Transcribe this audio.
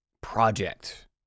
project